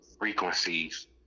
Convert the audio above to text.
frequencies